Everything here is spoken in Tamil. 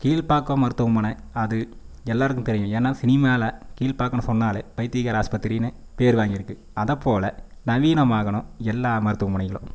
கீழ்ப்பாக்கம் மருத்துவமனை அது எல்லோருக்கும் தெரியும் ஏன்னா சினிமாவில் கீழ்பாக்கன்னு சொன்னால் பைத்தியக்கார ஆஸ்பத்திரின்னு பெயர் வாங்கிருக்குது அத போல நவீனமாகணும் எல்லாம் மருத்துவமனைகளும்